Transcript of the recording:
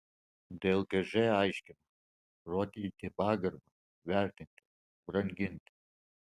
dlkž aiškina rodyti pagarbą vertinti branginti